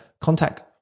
contact